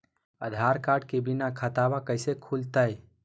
आधार card के बिना खाताबा कैसे खुल तय?